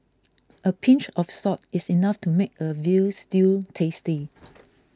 a pinch of salt is enough to make a Veal Stew tasty